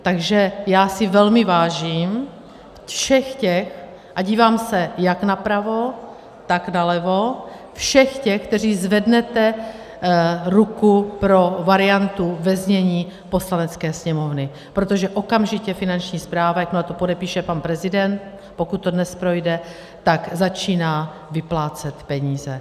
Takže já si velmi vážím všech těch a dívám se jak napravo, tak nalevo všech těch, kteří zvednete ruku pro variantu ve znění Poslanecké sněmovny, protože okamžitě Finanční správa, jakmile to podepíše pan prezident, pokud to dnes projde, začíná vyplácet peníze.